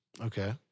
Okay